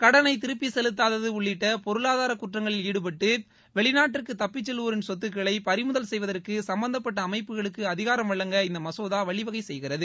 கடனை திரும்பி செலுத்தாதது உள்ளிட்ட பொருளாதார குற்றங்களில் ஈடுபட்டு வெளிநாட்டிற்கு தப்பிச் செல்வோரின் சொத்துக்களை பறிமுதல் செய்வதற்கு சுப்பந்தப்பட்ட அமைப்புகளுக்கு அதிகாரம் வழங்க இந்த மசோதா வழிவகை செய்கிறது